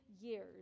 years